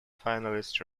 finalists